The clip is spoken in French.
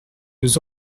nous